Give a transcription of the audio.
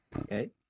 Okay